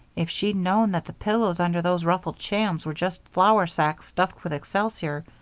if she'd known that the pillows under those ruffled shams were just flour sacks stuffed with excelsior,